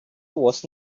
was